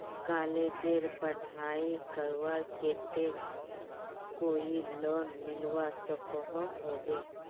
कॉलेजेर पढ़ाई करवार केते कोई लोन मिलवा सकोहो होबे?